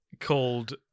called